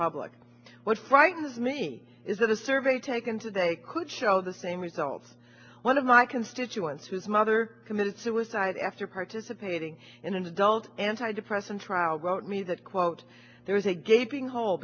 public what frightens me is that a survey taken today could show the same results one of my constituents whose mother committed suicide after participating in an adult anti depressant trial wrote me that quote there is a gaping hole